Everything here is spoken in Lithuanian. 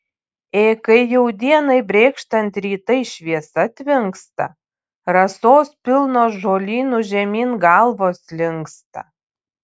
ė kai jau dienai brėkštant rytai šviesa tvinksta rasos pilnos žolynų žemyn galvos linksta